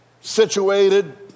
situated